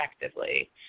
effectively